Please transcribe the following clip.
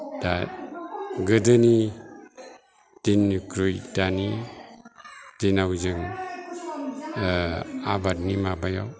दा गोदोनि दिननिख्रुइ दानि दिनाव जों आबादनि माबायाव